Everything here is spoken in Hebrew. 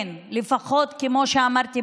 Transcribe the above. כמו שאמרתי,